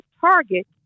target